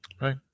Right